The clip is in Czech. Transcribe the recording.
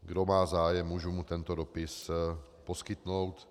Kdo má zájem, můžu mu tento dopis poskytnout.